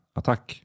attack